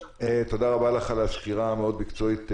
תודה רבה לך על הסקירה המאוד מקצועית,